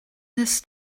this